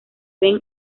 ben